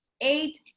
eight